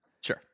Sure